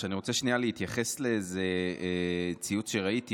אני רוצה להתייחס לאיזשהו ציוץ שראיתי,